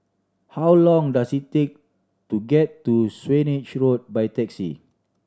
how long does it take to get to Swanage Road by taxi